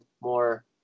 more